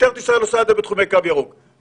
ישראלית ביטחונית, על זה צה"ל מופקד -- ואזרחית.